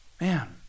Man